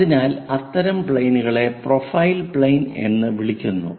അതിനാൽ അത്തരം പ്ലെയിനുകളെ പ്രൊഫൈൽ പ്ലെയിൻ എന്ന് വിളിക്കുന്നു